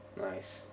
Nice